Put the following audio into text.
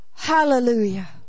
Hallelujah